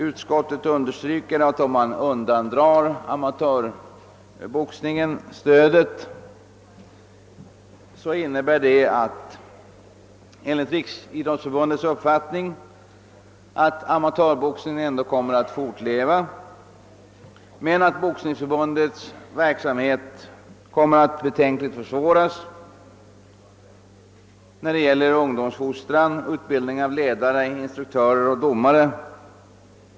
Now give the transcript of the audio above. Utskottet understryker att om man undandrar amatörboxningen stödet, så innebär det enligt Riksidrottsförbundets uppfattning att amatörboxningen ändå kommer att fortleva men att Boxningsförbundets verksamhet kommer att betänkligt försvåras vad gäller ungdomsfostran samt utbildning av ledare, instruktörer och domare.